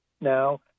now